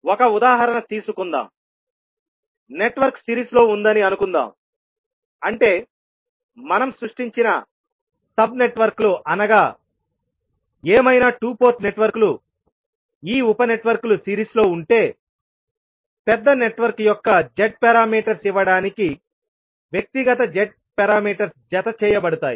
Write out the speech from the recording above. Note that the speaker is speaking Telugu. ఒక ఉదాహరణ తీసుకుందాం నెట్వర్క్ సిరీస్లో ఉందని అనుకుందాం అంటే మనం సృష్టించిన సబ్ నెట్వర్క్లు అనగా ఏమైనా 2 పోర్టు నెట్వర్క్లు ఈ ఉప నెట్వర్క్లు సిరీస్లో ఉంటేపెద్ద నెట్వర్క్ యొక్క z పారామీటర్స్ ఇవ్వడానికి వ్యక్తిగత z పారామీటర్స్ జత చేయబడతాయి